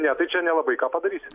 ne tai čia nelabai ką padarysi